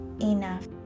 enough